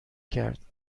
کرد